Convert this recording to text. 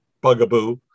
bugaboo